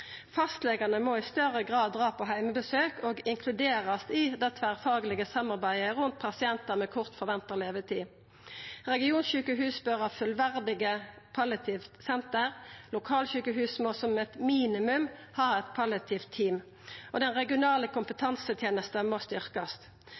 må i større grad dra på heimebesøk og inkluderast i det tverrfaglege samarbeidet rundt pasientar med kort forventa levetid. Regionsjukehus bør ha fullverdig palliativt senter. Lokalsjukehus må som eit minimum ha eit palliativt team. Og den regionale